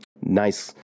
nice